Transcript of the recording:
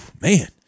man